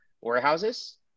warehouses